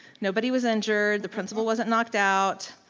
nobody was injured, the principal wasn't knocked out.